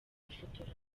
gufotora